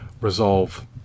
resolve